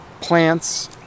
plants